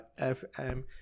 FM